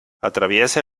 atraviesa